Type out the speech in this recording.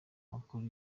makuru